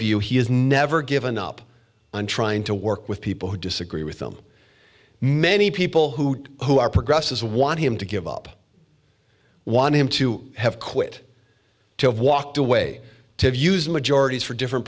view he has never given up on trying to work with people who disagree with him many people who who are progress as want him to give up want him to have quit to have walked away to use majorities for different